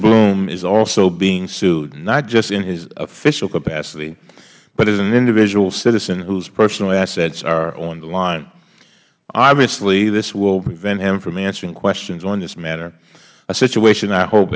bloom is also being sued not just in his official capacity but as an individual citizen whose personal assets are on the line obviously this will prevent him from answering questions on this matter a situation i hope